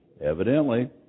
Evidently